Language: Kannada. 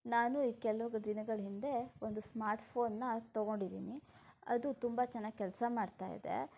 ನಾನು ಕೆಲವು ದಿನಗಳ ಹಿಂದೆ ಒಂದು ಸ್ಮಾರ್ಟ್ ಫೋನನ್ನು ತಗೊಂಡಿದ್ದೀನಿ ಅದು ತುಂಬ ಚೆನ್ನಾಗಿ ಕೆಲಸ ಮಾಡ್ತಾ ಇದೆ